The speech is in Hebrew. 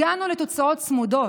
הגענו לתוצאות צמודות.